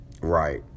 right